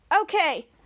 Okay